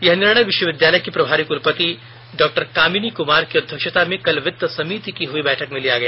यह निर्णय विश्वविद्यालय की प्रभारी कुलपति डॉक्टर कामनी कुमार की अध्यक्षता में कल वित्त समिति की हुई बैठक में लिया गया